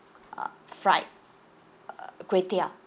uh fried kway teow